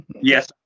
Yes